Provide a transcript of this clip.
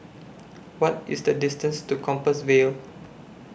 What IS The distance to Compassvale